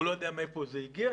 הוא לא יודע מהיכן זה הגיע,